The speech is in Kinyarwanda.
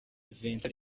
vincent